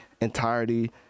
entirety